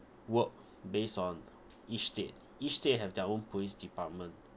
work based on each state each state have their own police department